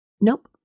Nope